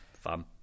fun